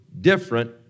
different